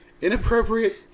inappropriate